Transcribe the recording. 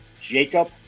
Jacob